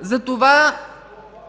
прието.